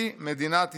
היא מדינת ישראל".